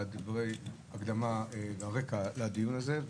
על דברי הקדמה והרקע לדיון הזה,